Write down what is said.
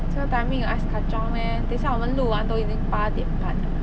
这个 timing 有 ice kacang meh 等一下我们录完都已经八点半了